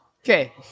Okay